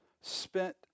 spent